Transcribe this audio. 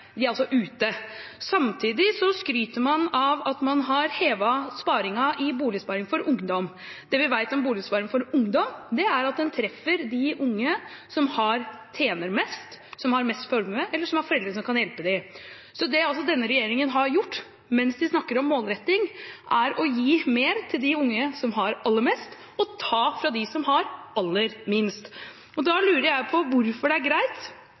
De er altså ute. Samtidig skryter man av at man har hevet sparegrensen i Boligsparing for ungdom. Det vi vet om Boligsparing for ungdom, er at den treffer de unge som tjener mest, som har størst formue, eller som har foreldre som kan hjelpe dem. Så det denne regjeringen har gjort, mens de snakker om målretting, er å gi mer til de unge som har aller mest, og ta fra dem som har aller minst. Da lurer jeg på hvorfor det er greit